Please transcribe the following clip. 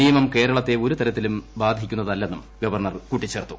നിയമം കേരളത്തെ ഒരു തരത്തിലും ബാധിക്കുന്നതല്ലെന്നും ഗവർണർ കൂട്ടിച്ചേർത്തു